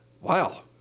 wow